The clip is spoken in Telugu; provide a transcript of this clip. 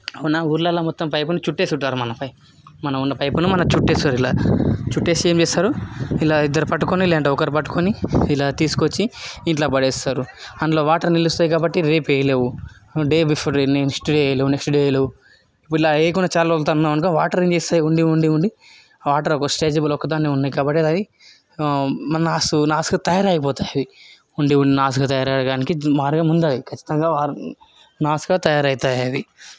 ఉన్న ఊర్లలో మొత్తం పైపుని చుట్టేసి ఉంటారు అన్నమాట మనం ఉన్న పైపుని చుట్టేస్తారు ఇలా చుట్టేసి ఏం చేస్తారు ఇలా ఇద్దరు పట్టుకోనిలే ఒకరు పట్టుకొని ఇలా తీసుకొచ్చి ఇంట్లో పడేస్తారు అందులో వాటర్ నిలుస్తాయి కాబట్టి రేపు వేయలేవు నెక్స్ట్ డే వేయలేవు నెక్స్ట్ డే వేయలేవు ఇలా వేయకుండా చాలా రోజులు ఉన్నామనుకో వాటర్ ఏం చేస్తాయి ఉండి ఉండి ఉండి ఉండి ఆ వాటర్ ఒక స్టేజిలో ఒకదాన్నే ఉన్నాయి కాబట్టి అది నాసు నాసు తయారయిపోతుంది ఉండి ఉండి నాసుగా తయారవ్వడానికి మార్గం ఉంటుంది కచ్చితంగా నాసుగా తయారవుతాయి అవి